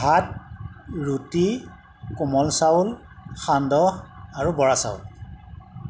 ভাত ৰুটি কোমল চাউল সান্দহ আৰু বৰা চাউল